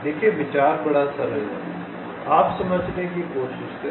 देखें विचार सरल है आप समझने की कोशिश करें